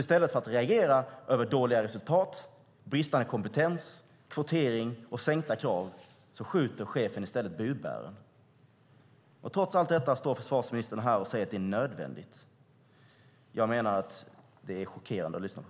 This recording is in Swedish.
I stället för att reagera över dåliga resultat, bristande kompetens, kvotering och sänkta krav skjuter chefen i stället budbäraren. Trots allt detta står försvarsministern här och säger att det är nödvändigt. Det är chockerande att lyssna på.